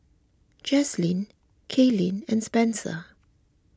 Jaslene Kailyn and Spencer